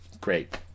great